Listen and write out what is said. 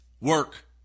work